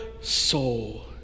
soul